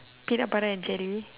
peanut butter and jelly